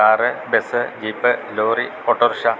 car bus jeep lorry auto Rikshaw